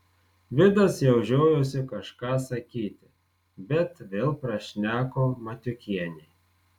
vidas jau žiojosi kažką sakyti bet vėl prašneko matiukienė